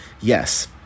yes